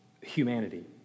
humanity